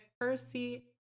Percy